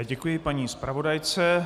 Děkuji paní zpravodajce.